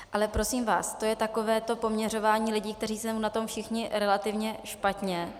Ale prosím vás, to je takové to poměřování lidí, kteří jsou na tom všichni relativně špatně.